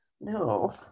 No